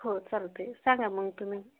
हो चालते आहे सांगा मग तुम्ही